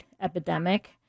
epidemic